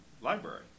library